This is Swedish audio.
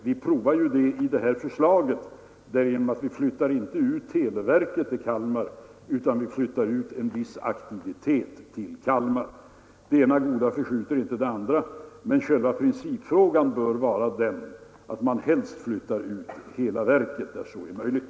Vi provar ju detta i förslaget genom att inte flytta ut hela televerket till Kalmar, utan vi flyttar bara ut en viss aktivitet i verket till Kalmar. Det ena goda förskjuter inte det andra, men själva principfrågan bör vara den, att man helst flyttar ut hela verk när så är möjligt.